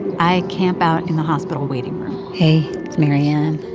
i camp out in the hospital waiting room hey, it's marianne.